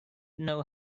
know